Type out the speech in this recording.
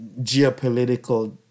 geopolitical